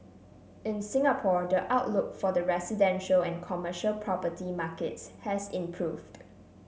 in Singapore the outlook for the residential and commercial property markets has improved